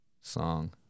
song